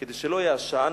כדי שלא יהיה עשן,